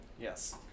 Yes